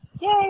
yay